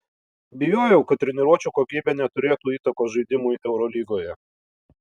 bijojau kad treniruočių kokybė neturėtų įtakos žaidimui eurolygoje